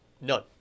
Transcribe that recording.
None